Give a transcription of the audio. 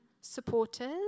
supporters